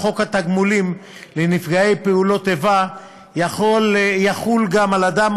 חוק התגמולים לנפגעי פעולות איבה תחול גם על אדם,